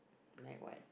like what